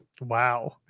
wow